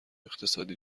اقتصادی